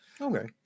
Okay